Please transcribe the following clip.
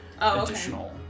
additional